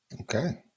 Okay